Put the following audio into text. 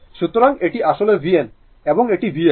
সুতরাং এটি আসলে vn এবং এটি Vs